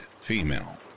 female